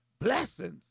blessings